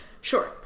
sure